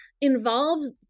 involves